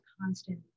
constant